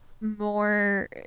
more